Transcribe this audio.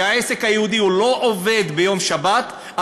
כשהעסק היהודי לא עובד ביום שבת,